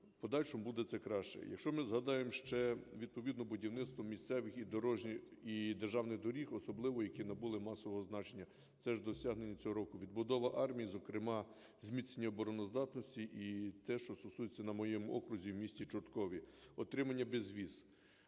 подальшому буде це краще. Якщо ми згадаємо ще відповідно будівництво місцевих і дорожніх… і державних доріг, особливо які набули масового значення, це ж досягнення цього року. Відбудова армії, зокрема, зміцнення обороноздатності і те, що стосується на моєму окрузі, в місті Чорткові. Отримання безвіз,